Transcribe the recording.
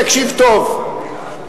תקשיב טוב,